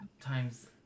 times